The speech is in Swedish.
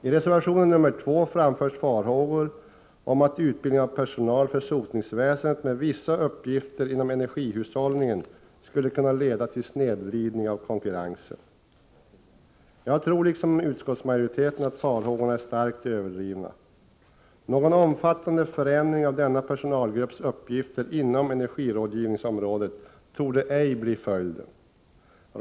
I reservation 2 framförs farhågor om att utbildning av personal för sotningsväsendet med vissa uppgifter inom energihushållningen skulle kunna leda till snedvridning av konkurrensen. Jag tror liksom utskottsmajoriteten att farhågorna är starkt överdrivna. Någon omfattande förändring av denna personalgrupps uppgifter inom energirådgivningsområdet torde ej bli följden.